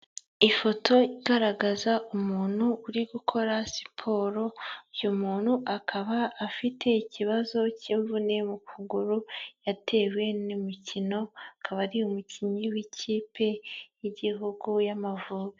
Ifoto igaragaza umuntu uri gukora siporo, uyu muntu akaba afite ikibazo cy'imvune mu kuguru, yatewe n'imikino, akaba ari umukinnyi w'ikipe y'igihugu y'amavubi.